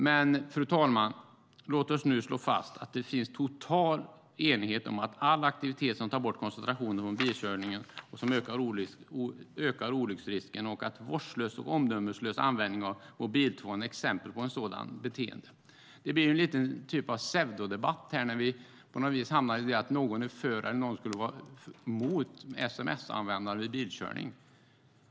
Men, fru talman, låt oss slå fast att det finns total enighet om att all aktivitet som tar bort koncentrationen från bilkörningen ökar olycksrisken, och vårdslös och omdömeslös användning av mobiltelefonen är ett exempel på sådant beteende. Det blir en pseudodebatt när det hävdas att någon är för eller mot sms:ande vid bilkörning.